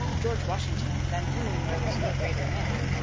george washington than whom there was no greater man,